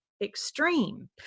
extreme